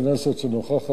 שנוכחת פה,